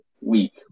Week